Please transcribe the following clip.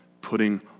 putting